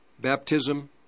baptism